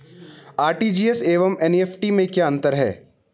RTGS एवं NEFT में क्या अंतर है?